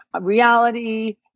reality